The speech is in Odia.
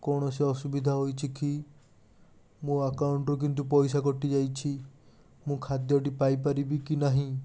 କୌଣସି ଅସୁବିଧା ହୋଇଛିକି ମୋ ଆକାଉଣ୍ଟ୍ ରୁ କିନ୍ତୁ ପଇସା କଟିଯାଇଛି ମୁଁ ଖାଦ୍ୟଟି ପାଇପାରିବି କି ନାହିଁ